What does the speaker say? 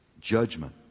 judgment